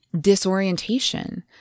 disorientation